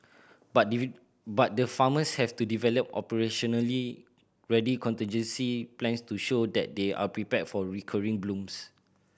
but the but the farmers have to develop operationally ready contingency plans to show that they are prepared for recurring blooms